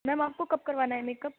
میم آپ کو کب کروانا ہے میک اپ